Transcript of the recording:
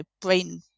brain